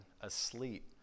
asleep